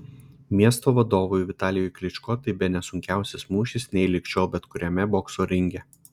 miesto vadovui vitalijui klyčko tai bene sunkiausias mūšis nei lig šiol bet kuriame bokso ringe